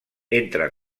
entre